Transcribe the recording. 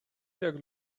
jak